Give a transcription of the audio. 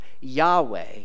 Yahweh